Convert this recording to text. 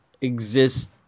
exist